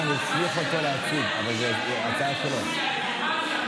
איפה המפלגה שלך, חבר הכנסת רוטמן,